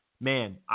Man